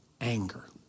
Anger